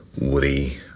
Woody